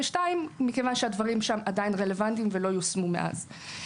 מכיוון שהדברים שם עדיין רלוונטיים ולא יושמו מאז.